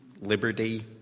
liberty